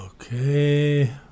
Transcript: okay